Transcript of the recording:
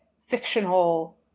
fictional